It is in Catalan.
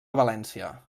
valència